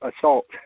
assault